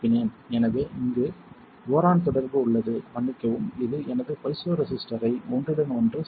எனவே இங்கு போரான் தொடர்பு உள்ளது மன்னிக்கவும் இது எனது பைசோ ரெசிஸ்டரை ஒன்றுடன் ஒன்று சேர்க்கும்